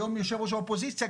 היום יושב-ראש האופוזיציה,